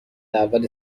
اول